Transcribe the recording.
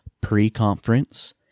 pre-conference